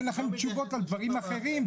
אין לכם תשובות על דברים אחרים,